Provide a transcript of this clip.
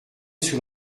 sous